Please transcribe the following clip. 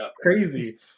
Crazy